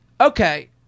Okay